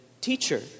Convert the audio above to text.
teacher